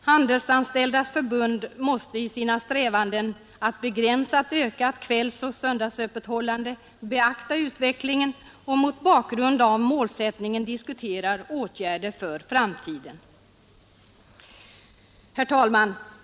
Handelsanställdas förbund måste i sina strävanden att begränsa ett ökat kvällsoch söndagsöppethållande beakta utvecklingen och mot bakgrund av målsättningen diskutera åtgärder för framtiden. Herr talman!